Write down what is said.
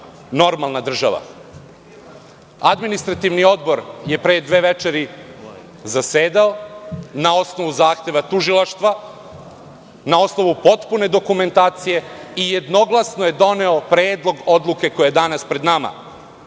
normalna država. Administrativni odbor je pre dve večeri zasedao na osnovu zahteva tužilaštva, na osnovu potpune dokumentacije i jednoglasno je doneo predlog odluke koja je danas pred nama.